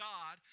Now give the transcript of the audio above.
God